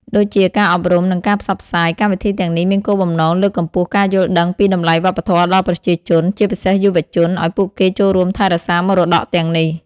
ដូចជា ការអប់រំ និងការផ្សព្វផ្សាយ កម្មវិធីទាំងនេះមានគោលបំណងលើកកម្ពស់ការយល់ដឹងពីតម្លៃវប្បធម៌ដល់ប្រជាជន ជាពិសេសយុវជន ឲ្យពួកគេចូលរួមថែរក្សាមរតកទាំងនេះ។